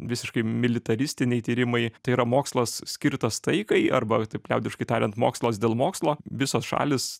visiškai militaristiniai tyrimai tai yra mokslas skirtas taikai arba taip liaudiškai tariant mokslas dėl mokslo visos šalys